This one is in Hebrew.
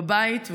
בבית,